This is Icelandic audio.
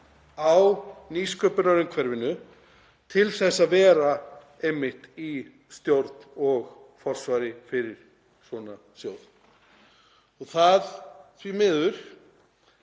á nýsköpunarumhverfinu til að vera einmitt í stjórn og forsvari fyrir svona sjóð. Það hefur því miður